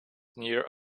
near